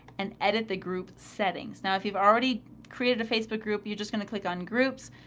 and edit the group settings. now if you've already created a facebook group, you're just going to click on groups.